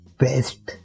best